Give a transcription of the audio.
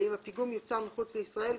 ואם הפיגום יוצר מחוץ לישראל,